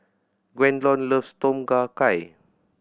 Gwendolyn loves Tom Kha Gai